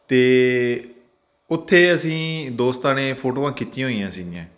ਅਤੇ ਉੱਥੇ ਅਸੀਂ ਦੋਸਤਾਂ ਨੇ ਫੋਟੋਆਂ ਖਿੱਚੀਆਂ ਹੋਈਆਂ ਸੀਗੀਆਂ